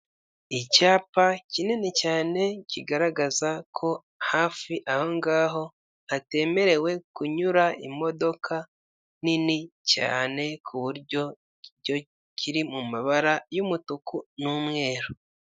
Icyapa kinini cyane kigaragaza ko hafi aho ngaho hatemerewe kunyura imodoka nini cyane ku buryo kiri mu mabara y'umutuku n'umweru.